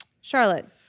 Charlotte